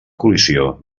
col·lisió